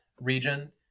region